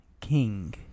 King